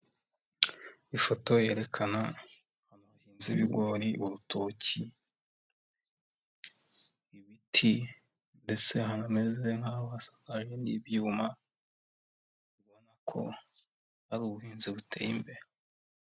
Ifoto yerekana abahinzi b'Ibigori, urutoki, ibiti ndetse hameze nk'aho hasakaje n'ibyuma ubona ko ari ubuhinzi buteye imbere.